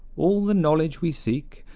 all the knowledge we seek,